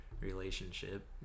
Relationship